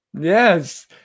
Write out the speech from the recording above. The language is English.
Yes